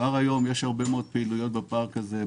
כבר היום יש הרבה מאוד פעילויות בפארק הזה,